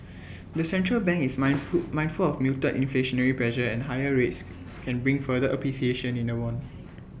the central bank is mind food mindful of muted inflationary pressure and higher rates can bring further appreciation in the won